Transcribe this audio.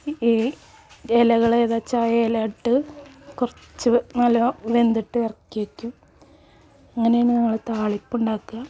ഈ ഇലകൾ ഏതാണ് വെച്ചാൽ ഇല ഇട്ട് കുറച്ച് നല്ലോണം വെന്തിട്ട് ഇറക്കി വയ്ക്കും അങ്ങനെയാണ് ഞങ്ങൾ താളിപ്പ് ഉണ്ടാക്കുക